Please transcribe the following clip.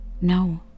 No